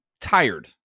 tired